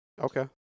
Okay